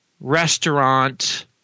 restaurant –